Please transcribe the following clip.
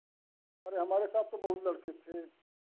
अरे हमारे साथ तो बहुत लड़के थे